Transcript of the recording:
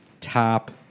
top